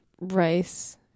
rice